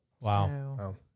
wow